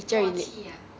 默契啊